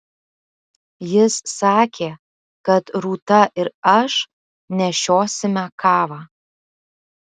jis sakė kad rūta ir aš nešiosime kavą